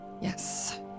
Yes